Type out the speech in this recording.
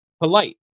polite